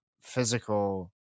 physical